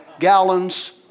gallons